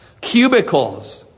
cubicles